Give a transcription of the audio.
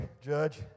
Judge